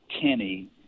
Kenny